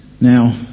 Now